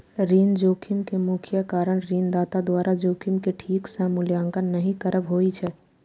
ऋण जोखिम के मुख्य कारण ऋणदाता द्वारा जोखिम के ठीक सं मूल्यांकन नहि करब होइ छै